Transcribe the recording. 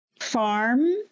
Farm